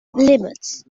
limits